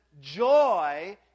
joy